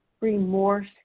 remorse